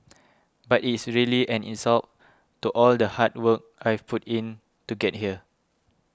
but it is really an insult to all the hard work I've put in to get here